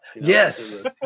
yes